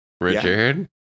Richard